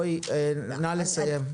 נא לסיים.